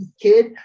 kid